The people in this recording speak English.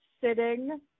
sitting